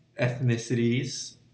ethnicities